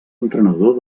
entrenador